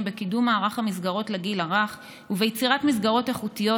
לקידום מערך המסגרות לגיל הרך וביצירת מסגרות איכותיות